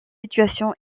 situation